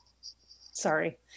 Sorry